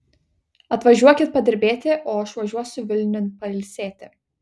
atvažiuokit padirbėti o aš važiuosiu vilniun pailsėti